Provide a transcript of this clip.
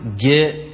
get